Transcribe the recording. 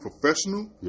professional